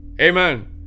amen